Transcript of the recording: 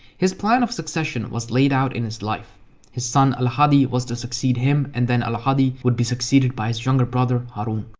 his plan of succession was laid out in his life. his son al-hadi was to succeed him and then, al-hadi would be succeeded by his younger brother harun.